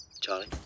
Charlie